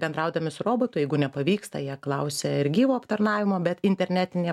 bendraudami su robotu jeigu nepavyksta jie klausia ir gyvo aptarnavimo bet internetinė